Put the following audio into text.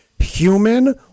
human